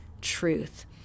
truth